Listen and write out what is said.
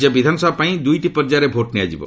ରାଜ୍ୟ ବିଧାନସଭା ପାଇଁ ଦୁଇଟି ପର୍ଯ୍ୟାୟରେ ଭୋଟ ନିଆଯିବ